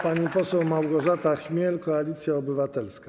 Pani poseł Małgorzata Chmiel, Koalicja Obywatelska.